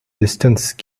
distance